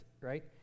right